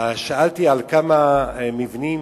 שאלתי על כמה מבנים